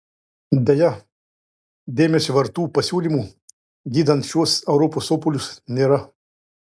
deja dėmesio vertų pasiūlymų gydant šiuos europos sopulius nėra